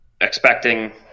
expecting